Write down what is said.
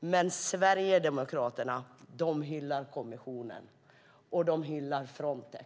men Sverigedemokraterna hyllar kommissionen och de hyllar Frontex.